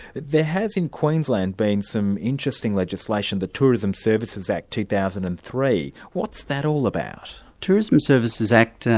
there has, in queensland been some interesting legislation, the tourism services act two thousand and three what's that all about? tourism services act,